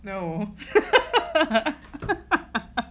no